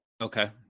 Okay